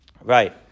Right